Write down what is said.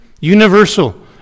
universal